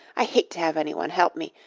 i hate to have any one help me.